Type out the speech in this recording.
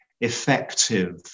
effective